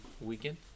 weekend